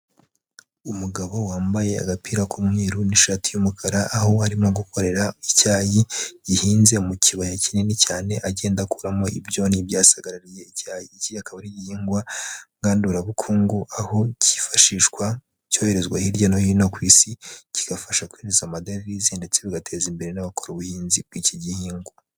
Umugabo wambaye agapira k'umweru n'ishati y'umukara, aho arimo gukorera icyayi gihinze mu kibaya kinini cyane agenda akuramo ibyonnyi byasagarariye icyayi. Iki akaba ari igihingwa ngandurabukungu, aho cyifashishwa cyoherezwa hirya no hino ku isi, kigafasha kwinjiza amadevize ndetse bigateza imbere n'abakora ubuhinzi bw'iki gihingwa.